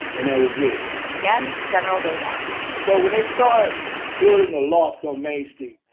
and that was it again, general dogon and so when they start building the lofts on main street,